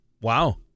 Wow